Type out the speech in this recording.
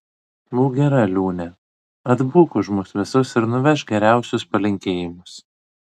būk gera liūne atbūk už mus visus ir nuvežk geriausius palinkėjimus